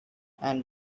and